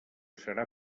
serà